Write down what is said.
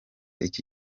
iki